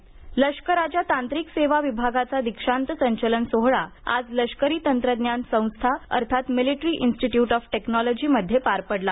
दीक्षांत संचलन लष्कराच्या तांत्रिक सेवा विभागाचा दीक्षांत संचलन सोहळा आज लष्करी तंत्रज्ञान संस्था अर्थात मिलिटरी इन्स्टिट्यूट ऑफ टेक्नोलॉजी मध्ये पार पडला